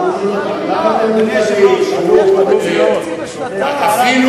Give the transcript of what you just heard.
שר האוצר עלה בלי נייר להציג תקציב לשנתיים.